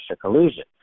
collusion